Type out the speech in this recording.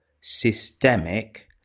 systemic